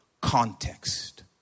context